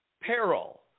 peril